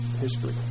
history